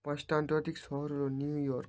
পাঁচটা আন্তর্জাতিক শহর হলো নিউ ইয়র্ক